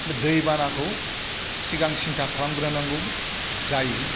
दैबानाखौ सिगां सिन्था खालामग्रोनांगौ जायो